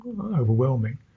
overwhelming